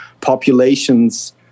populations